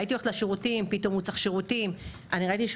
הייתי הולכת לשירותים, פתאום הוא צריך לשירותים.